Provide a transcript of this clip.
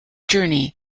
journey